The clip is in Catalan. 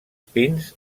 pins